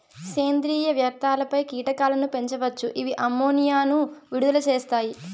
సేంద్రీయ వ్యర్థాలపై కీటకాలను పెంచవచ్చు, ఇవి అమ్మోనియాను విడుదల చేస్తాయి